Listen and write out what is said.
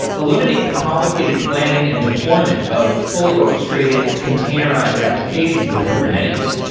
eliminate the complicated planning and deployment of fully orchestrated containerized applications with kubernetes.